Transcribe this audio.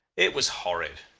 it was horrid.